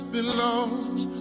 belongs